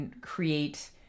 create